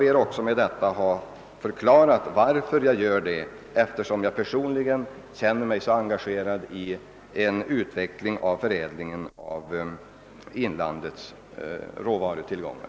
Med mitt anförande har jag velat förklara varför jag gör det, eftersom jag personligen känner mig så engagerad för en utveckling av förädlingen av inlandets råvarutillgångar.